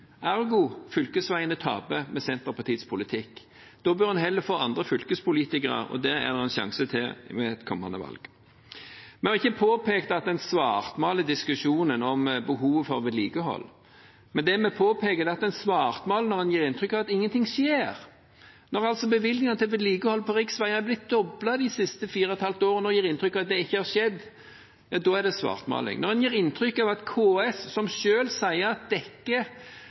Ergo taper fylkesveiene med Senterpartiets politikk. Da bør en heller få andre fylkespolitikere, og det er det en sjanse for ved kommende valg. Vi har ikke påpekt at en svartmaler i diskusjonen om behovet for vedlikehold. Det vi påpeker, er at en svartmaler når en gir inntrykk av at ingenting skjer. Når altså bevilgningene til vedlikehold på riksveier er blitt doblet de siste fire og et halvt årene og en gir inntrykk av at det ikke har skjedd, da er det svartmaling. Når KS sier at dekkelegging på veiene har blitt bedre de siste fire årene, og en gir inntrykk av at